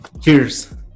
Cheers